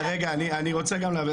רגע, אני רוצה גם להבין.